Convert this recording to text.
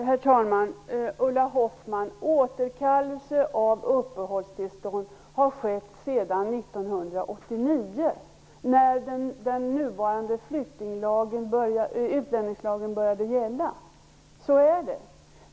Herr talman! Återkallelse av uppehållstillstånd har skett sedan 1989 när den nuvarande utlänningslagen började gälla. Så är det.